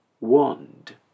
wand